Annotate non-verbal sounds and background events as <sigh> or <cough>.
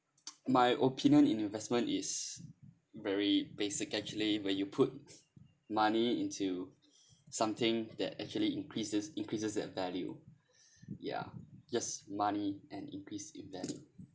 <noise> my opinion in investment is very basic actually where you put money into something that actually increases increases add value ya yes money and increase if then